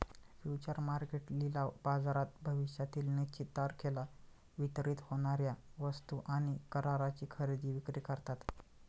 future market लिलाव बाजारात भविष्यातील निश्चित तारखेला वितरित होणार्या वस्तू आणि कराराची खरेदी विक्री करतात